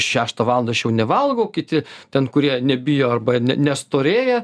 šeštą valandą aš jau nevalgau kiti ten kurie nebijo arba ne nestorėja